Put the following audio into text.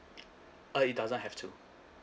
uh it doesn't have to